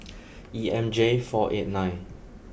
E M J four eight nine